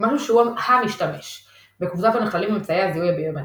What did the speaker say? משהו שהוא המשתמש – בקבוצה זו נכללים אמצעי הזיהוי הביומטריים.